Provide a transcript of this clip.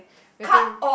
whether